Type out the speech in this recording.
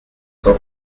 son